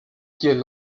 quien